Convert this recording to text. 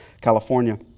California